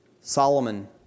Solomon